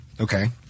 Okay